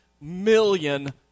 million